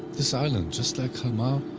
this island, just like kalmar,